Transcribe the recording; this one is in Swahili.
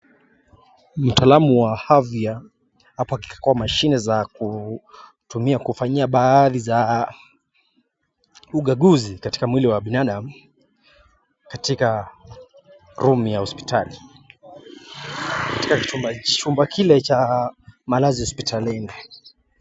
Mtaalamu wa afya hapa akiwa kwa mashine za kutumia kufanyia baadhi za ukaguzi katika mwili wa binadamu katika room ya hosiptali katika chumba kile cha malazi hosiptalini.